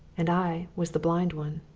and i was the blind one.